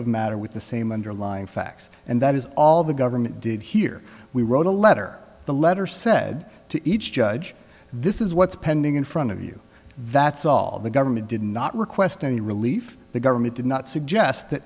of matter with the same underlying facts and that is all the government did here we wrote a letter the letter said to each judge this is what's pending in front of you that's all the government did not request any relief the government did not suggest that